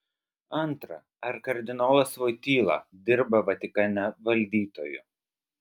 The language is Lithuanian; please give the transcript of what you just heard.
antra ar kardinolas voityla dirba vatikane valdytoju